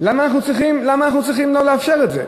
למה אנחנו צריכים לא לאפשר את זה?